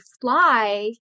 fly